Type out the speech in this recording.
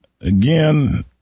again